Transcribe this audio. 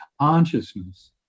consciousness